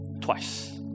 Twice